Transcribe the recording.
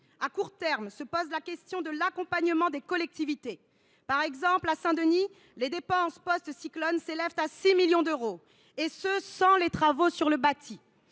À court terme se pose la question de l’accompagnement des collectivités. Par exemple, à Saint Denis, les dépenses post cyclones s’élèvent à 6 millions d’euros, et ce sans les travaux sur le bâti.